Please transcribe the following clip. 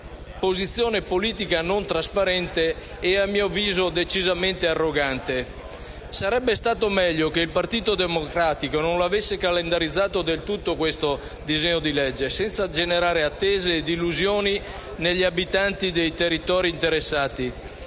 posizione politica non trasparente e - a mio avviso - decisamente arrogante. Sarebbe stato meglio che il Partito Democratico non avesse calendarizzato affatto questo disegno di legge, senza generare attese e illusioni negli abitanti dei territori interessati,